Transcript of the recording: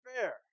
fair